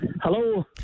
Hello